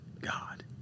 God